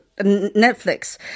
Netflix